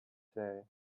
say